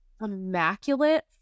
immaculate